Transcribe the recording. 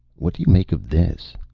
what do you make of this?